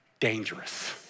dangerous